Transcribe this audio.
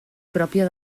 pròpia